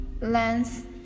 length